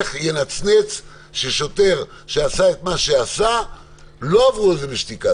איך ינצנץ ששוטר שעשה את מה שעשה לא עברו על זה בשתיקה,